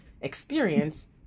experience